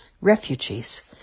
Refugees